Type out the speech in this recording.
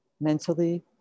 mentally